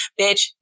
bitch